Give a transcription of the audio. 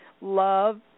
love